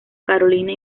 carolina